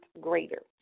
greater